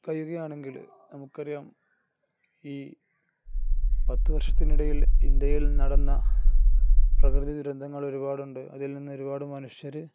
കഴിയുകയാണെങ്കില് നമുക്കറിയാം ഈ പത്തു വർഷത്തിനിടയിൽ ഇന്ത്യയിൽ നടന്ന പ്രകൃതി ദുരന്തങ്ങൾ ഒരുപാടുണ്ട് അതിൽ നിന്ന് ഒരുപാടു മനുഷ്യര്